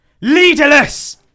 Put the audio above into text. Leaderless